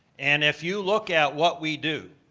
and if you look at what we do,